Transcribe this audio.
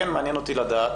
כן מעניין אותי לדעת